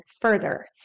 further